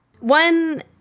One